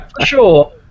sure